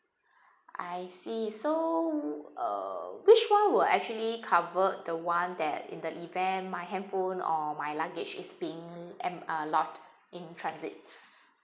I see so uh which [one] will actually cover the [one] that in the event my handphone or my luggage is being am uh lost in transit